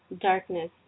Darkness